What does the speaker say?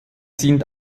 sind